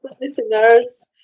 listeners